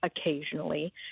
occasionally